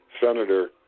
senator